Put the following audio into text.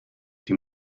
die